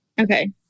Okay